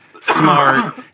smart